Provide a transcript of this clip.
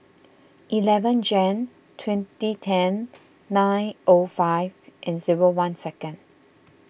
eleven Jan twenty ten nine O five and zero one second